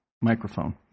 microphone